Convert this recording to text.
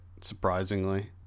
Surprisingly